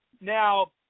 now